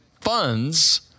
funds